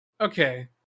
Okay